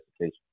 education